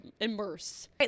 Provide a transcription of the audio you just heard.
immerse